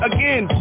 Again